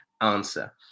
answer